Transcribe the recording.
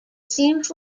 seems